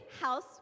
house